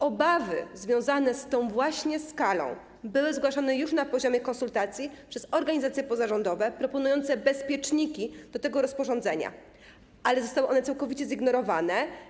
Obawy związane z tą właśnie skalą były zgłaszane już na poziomie konsultacji przez organizacje pozarządowe, proponujące bezpieczniki do tego rozporządzenia, ale zostały one całkowicie zignorowane.